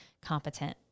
competent